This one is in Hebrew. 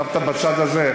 ישבת בצד הזה.